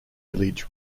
village